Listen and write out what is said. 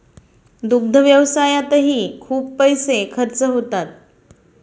दुग्ध व्यवसायातही खूप पैसे खर्च होतात